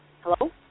Hello